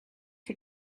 for